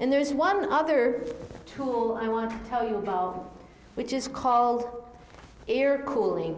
and there is one other tool i want to tell you about which is called air cooling